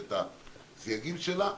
ואת הסייגים שלה,